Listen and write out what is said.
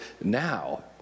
now